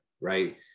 right